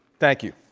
thank you.